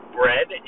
bread